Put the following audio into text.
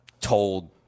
told